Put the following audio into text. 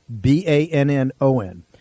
B-A-N-N-O-N